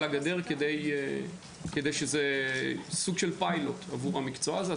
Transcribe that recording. הגדר" כי זה סוג של פיילוט עבור המקצוע הזה.